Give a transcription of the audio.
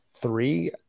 three